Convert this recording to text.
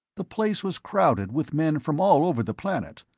the place was crowded with men from all over the planet,